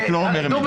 הוא רק לא אומר אמת.